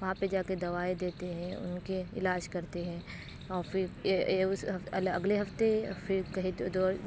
وہاں پہ جا کے دوائیں دیتے ہیں ان کے علاج کرتے ہیں اور پھر اگلے ہفتے پھر کہیں